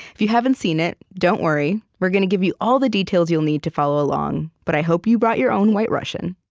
if you haven't seen it, don't worry. we're gonna give you all the details you'll need to follow along, but i hope you brought your own white russian